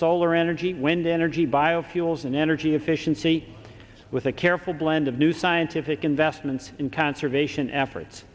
solar energy wind energy biofuels and energy efficiency with a careful blend of new scientific investment in conservation efforts